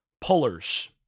pullers